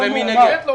אני אתחיל במי נגד?